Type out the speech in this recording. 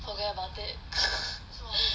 forget about it